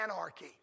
anarchy